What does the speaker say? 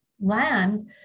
land